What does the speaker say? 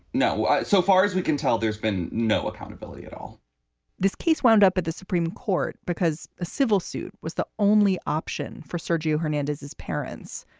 no. so far as we can tell, there's been no accountability at all this case wound up at the supreme court because a civil suit was the only option for sergio hernandez. his parents,